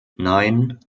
nein